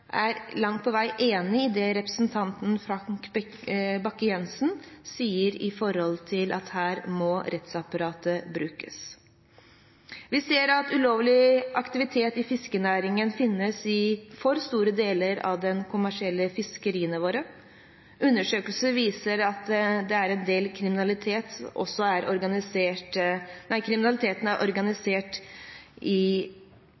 jeg er langt på vei enig i det representanten Frank Bakke-Jensen sier, at rettsapparatet må brukes her. Vi ser at ulovlig aktivitet i fiskerinæringen finnes i for store deler av de kommersielle fiskeriene våre. Undersøkelser viser at en del av kriminaliteten er organisert, og i enkelte tilfeller er